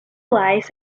lies